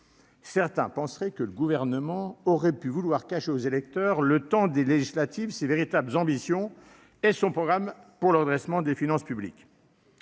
Certains pensent que le Gouvernement aurait pu vouloir cacher aux électeurs, le temps de la campagne des législatives, ses véritables ambitions et son programme pour le redressement des finances publiques.